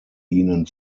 ihnen